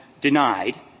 denied